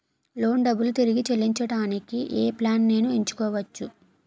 Loan డబ్బులు తిరిగి చెల్లించటానికి ఏ ప్లాన్ నేను ఎంచుకోవచ్చు?